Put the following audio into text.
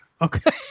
Okay